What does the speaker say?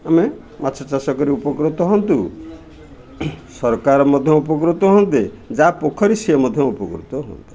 ଆମେ ମାଛ ଚାଷ କରି ଉପକୃତ ହୁଅନ୍ତୁ ସରକାର ମଧ୍ୟ ଉପକୃତ ହୁଅନ୍ତେ ଯାହା ପୋଖରୀ ସେ ମଧ୍ୟ ଉପକୃତ ହୁଅନ୍ତୁ